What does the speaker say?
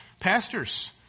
Pastors